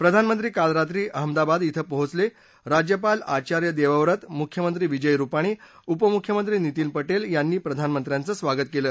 प्रधानमंत्री काल रात्री अहमदाबाद इथं पोहोचले राज्यपाल आचार्य देवव्रत मुख्यमंत्री विजय रूपाणी उपमुख्यमंत्री नितीन पटेल यांनी प्रधानमंत्र्यांचं स्वागत केलं